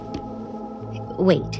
wait